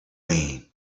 wayne